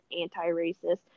anti-racist